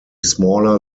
smaller